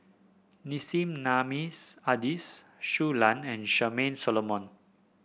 Nissim Nassim Adis Shui Lan and Charmaine Solomon